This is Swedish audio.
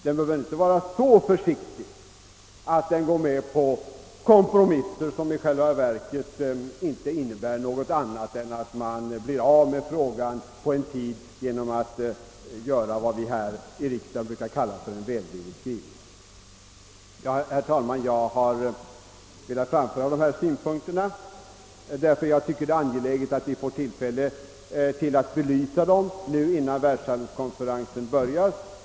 Den bör inte gå med på kompromisser, som i själva verket inte innebär annat än att man blir av med frågan för en tid ge nom vad vi här i riksdagen kallar en välvillig skrivning. Jag har, herr talman, velat ta upp dessa frågor då jag finner det angeläget att vi får diskutera dem innan den andra världshandelskonferensen börjar.